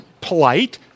polite